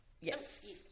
Yes